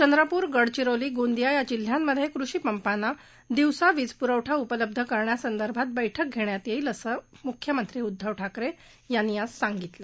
चंद्रपूर गडचिरोलीगोंदिया या जिल्ह्यांमध्ये कृषीपंपांना दिवसा वीज पुरवठा उपलब्ध करण्यासंदर्भात बैठक धेण्यात येईल असे प्रतिपादन मुख्यमंत्री उद्दव ठाकरे यांनी ज केलं